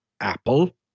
Apple